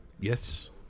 Yes